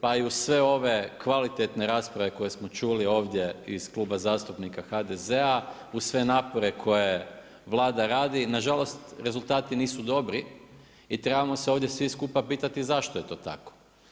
Pa i uz sve kvalitetne rasprave koje smo čuli ovdje iz Kluba zastupnika HDZ-a, uz sve napore koje Vlada radi, nažalost, rezultati nisu dobri i trebamo se ovdje svi skupa pitati zašto je to tako.